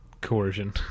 coercion